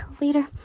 later